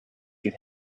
get